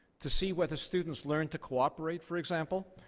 to see whether students learned to cooperate, for example,